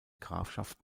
grafschaft